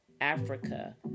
Africa